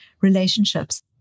relationships